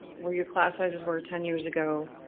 where your class sizes were ten years ago?